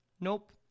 Nope